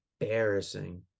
embarrassing